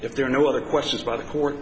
if there are no other questions by the court